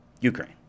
Ukraine